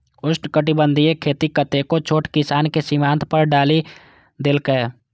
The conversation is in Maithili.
उष्णकटिबंधीय खेती कतेको छोट किसान कें सीमांत पर डालि देलकै